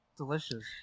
delicious